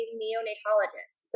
neonatologist